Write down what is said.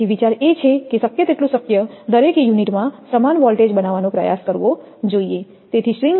તેથી વિચાર એ છે કે શક્ય તેટલું શક્ય દરેક યુનિટમાં સમાન વોલ્ટેજ બનાવવાનો પ્રયાસ કરવો જોઈએ